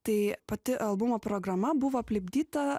tai pati albumo programa buvo aplipdyta